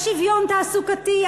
יש שוויון תעסוקתי?